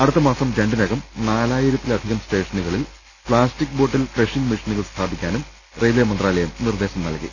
അടുത്തമാസം രണ്ടി നകം നാലായിരത്തിലധികം സ്റ്റേഷനുകളിൽ പ്ലാസ്റ്റിക് ബോട്ടിൽ ക്രഷിങ് മെഷിനുകൾ സ്ഥാപിക്കാനും റെയിവേ മന്ത്രാലയം നിർദ്ദേശം നൽകി